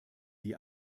die